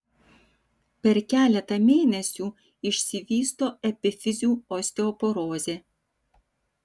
per keletą mėnesių išsivysto epifizių osteoporozė